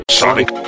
sonic